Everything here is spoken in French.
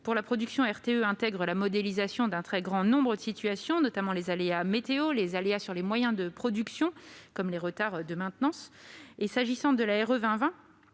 Pour la production, RTE intègre la modélisation d'un très grand nombre de situations, notamment les aléas météorologiques et ceux qui concernent les moyens de production, comme les retards de maintenance. S'agissant de la RE 2020,